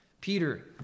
Peter